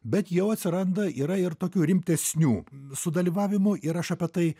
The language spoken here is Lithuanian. bet jau atsiranda yra ir tokių rimtesnių sudalyvavimų ir aš apie tai